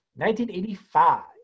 1985